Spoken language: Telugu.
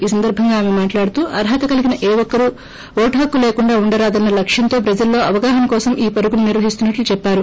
ఈ సందర్బంగా ఆమె మాట్లాడుతూ అర్హత కలిగిన ఏ ఒక్కరూ ఓటు హక్కు లేకుండా ఉండరాదన్న లక్ష్యంతో ప్రజల్లో అవగాహన కోసం ఈ పరుగును నిర్వహిస్తున్నట్లు చెప్పారు